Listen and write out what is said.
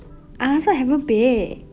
I also haven't pay